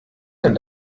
denn